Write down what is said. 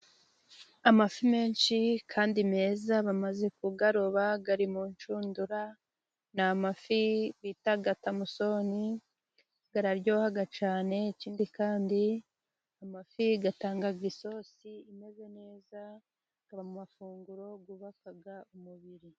Amafi menshi kandi meza, bamaze kuyaroba ari mu nshundura. Ni amafi bita Tamusoni, araryoha cyane. Ikindi kandi, amafi atanga isosi imeze neza, aba mu mafunguro yubaka umubiri.